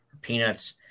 peanuts